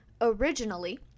Originally